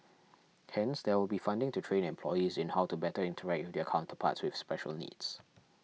hence there will be funding to train employees in how to better interact with their counterparts with special needs